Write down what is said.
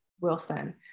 Wilson